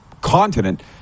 continent